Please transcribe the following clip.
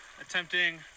attempting